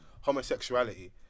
homosexuality